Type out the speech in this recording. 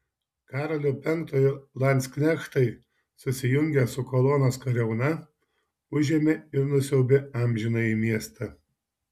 karolio penktojo landsknechtai susijungę su kolonos kariauna užėmė ir nusiaubė amžinąjį miestą